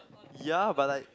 ya but like